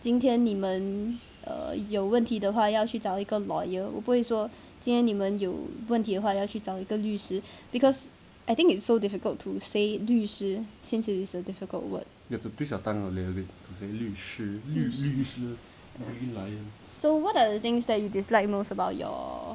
今天你们 err 有问题的话要去找一个 lawyer 我不会说今天你们有问题的话要去找一个律师 because I think it's so difficult to say 律师 since it is a difficult word so what are the things that you dislike most about your